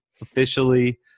officially